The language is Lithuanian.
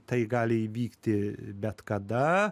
tai gali įvykti bet kada